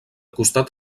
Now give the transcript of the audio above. costat